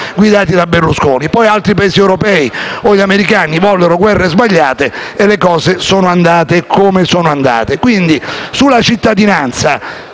guidati da Berlusconi. Poi altri Paesi europei o gli americani vollero guerre sbagliate e le cose sono andate come sono andate. Sulla cittadinanza